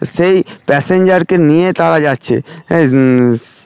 সেই প্যাসেঞ্জারকে নিয়ে তারা যাচ্ছে